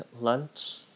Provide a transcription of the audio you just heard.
lunch